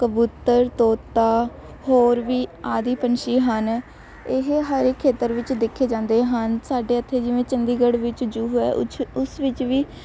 ਕਬੂਤਰ ਤੋਤਾ ਹੋਰ ਵੀ ਆਦਿ ਪੰਛੀ ਹਨ ਇਹ ਹਰ ਇੱਕ ਖੇਤਰ ਵਿੱਚ ਦੇਖੇ ਜਾਂਦੇ ਹਨ ਸਾਡੇ ਇੱਥੇ ਜਿਵੇਂ ਚੰਡੀਗੜ੍ਹ ਵਿੱਚ ਜੂ ਹੈ ਉਸ ਵਿੱਚ ਵੀ